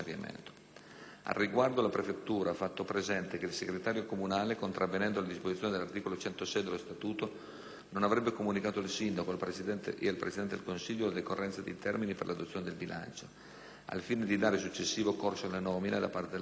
Al riguardo, la prefettura ha fatto presente che il segretario comunale, contravvenendo alle disposizioni dell'articolo 106 dello Statuto, non avrebbe comunicato al Sindaco e al Presidente del Consiglio la decorrenza dei termini per l'adozione del bilancio al fine di dare successivo corso alla nomina, da parte della giunta,